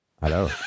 Hello